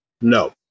no